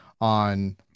on